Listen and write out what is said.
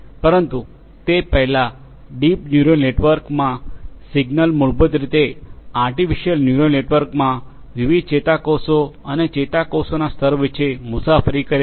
પરંતુ તે પહેલાં ડીપ ન્યુરલ નેટવર્ક માં સિગ્નલ મૂળભૂત રીતે આર્ટીફિશિઅલ ન્યુરલ નેટવર્કમાં વિવિધ ચેતાકોષો અને ચેતાકોષોના સ્તરો વચ્ચે મુસાફરી કરે છે